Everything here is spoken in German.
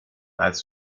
als